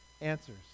answers